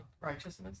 righteousness